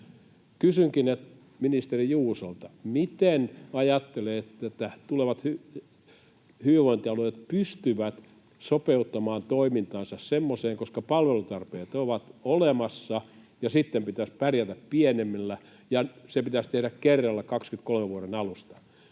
Kysynkin ministeri Juusolta: miten ajattelette, että tulevat hyvinvointialueet pystyvät sopeuttamaan toimintaansa semmoiseen, koska palvelutarpeet ovat olemassa ja sitten pitäisi pärjätä pienemmillä, ja se pitäisi tehdä kerralla vuoden 23 alusta?